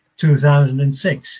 2006